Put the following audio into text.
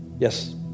Yes